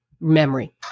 memory